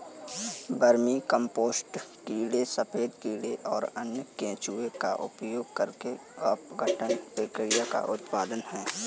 vermicompost कीड़े सफेद कीड़े और अन्य केंचुए का उपयोग करके अपघटन प्रक्रिया का उत्पाद है